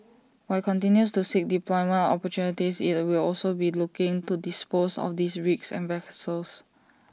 while IT continues to seek deployment opportunities IT will also be looking to dispose of these rigs and vessels